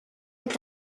est